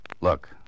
Look